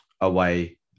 away